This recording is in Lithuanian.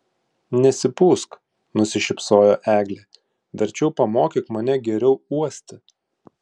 nesipūsk nusišypsojo eglė verčiau pamokyk mane geriau uosti